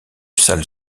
salle